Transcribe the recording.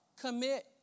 Commit